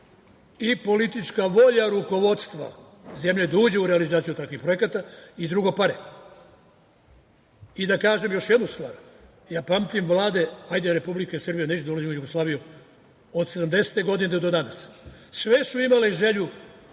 i politička volja rukovodstva zemlje da uđe u realizaciju takvih projekata i drugo, pare. Da kažem još jednu stvar, pamtim Vlade, hajde, Republike Srbije, neću da ulazim u Jugoslaviju, od sedamdesete godine do danas, sve su imale želju